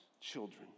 children